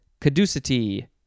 caducity